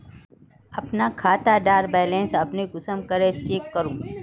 अपना खाता डार बैलेंस अपने कुंसम करे चेक करूम?